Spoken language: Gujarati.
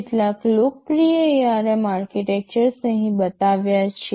કેટલાક લોકપ્રિય ARM આર્કિટેક્ચર્સ અહીં બતાવ્યા છે